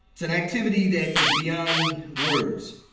it's an activity that is beyond words.